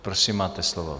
Prosím, máte slovo.